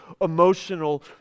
emotional